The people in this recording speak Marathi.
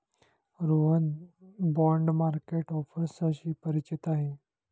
रोहन बाँड मार्केट ऑफर्सशी परिचित आहे